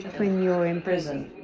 when you're in prison?